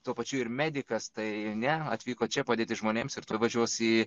tuo pačiu ir medikas tai ne atvyko čia padėti žmonėms ir tuoj važiuos į